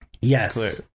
Yes